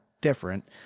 different